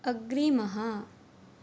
अग्रिमः